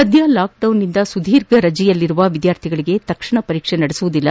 ಸದ್ದ ಲಾಕ್ಡೌನ್ನಿಂದ ಸುಧೀರ್ಘ ರಚೆಯಲ್ಲಿರುವ ವಿದ್ವಾರ್ಥಿಗಳಿಗೆ ತಕ್ಷಣ ಪರೀಕ್ಷೆ ನಡೆಸುವುದಿಲ್ಲ